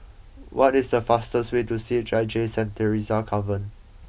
what is the fastest way to C H I J Saint Theresa's Convent